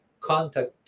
contact